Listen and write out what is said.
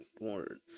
word